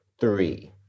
three